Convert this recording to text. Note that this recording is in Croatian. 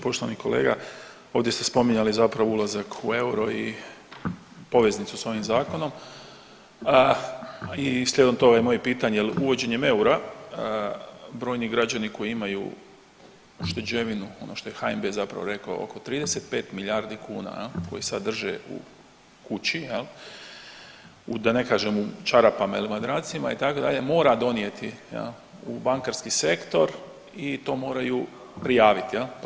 Poštovani kolega, ovdje ste spominjali zapravo ulazak u euro i poveznicu s ovim zakonom i slijedom toga je i moje pitanje jel uvođenjem eura brojni građani koji imaju ušteđevinu, ono što je HNB zapravo rekao, oko 35 milijardi kuna jel koje sad drže u kući jel, da ne kažem u čarapama ili madracima itd., mora donijeti jel u bankarski sektor i to moraju prijavit jel.